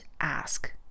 ask